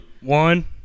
One